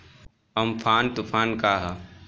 Amphan तुफान का ह?